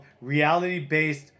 Reality-Based